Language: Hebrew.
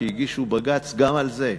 שהגישו בג"ץ גם על זה,